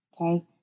Okay